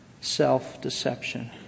Self-deception